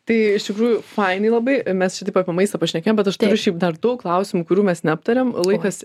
tai iš tikrųjų fainai labai mes čia taip apie maistą pašnekėjom bet aš turiu šiaip dar daug klausimų kurių mes neaptarėm laikas